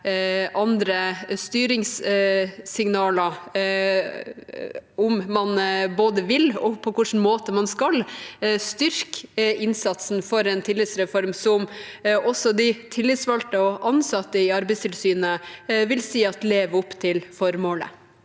andre styringssignaler formidler både om man vil og på hvilken måte man skal styrke innsatsen for en tillitsreform, som også de tillitsvalgte og ansatte i Arbeidstilsynet vil si lever opp til formålet.